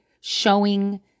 showing